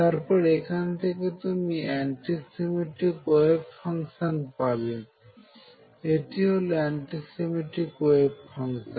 তারপর এখান থেকে তুমি অ্যান্টিসিমেট্রিক ওয়েভ ফাংশন পাবে এটি হলো অ্যান্টিসিমেট্রিক ওয়েভ ফাংশন